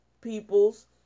peoples